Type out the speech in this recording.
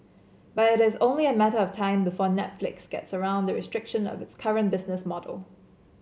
but it is only a matter of time before Netflix gets around the restrictions of its current business model